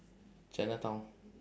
chinatown